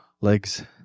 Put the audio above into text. legs